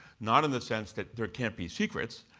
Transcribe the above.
not in the sense that there can't be secrets,